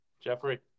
Jeffrey